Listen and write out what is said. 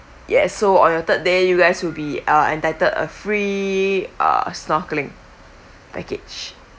yeah so on your third day you guys would be uh entitled a free uh snorkeling package